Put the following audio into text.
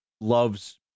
loves